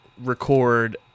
record